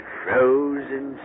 frozen